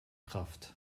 kraft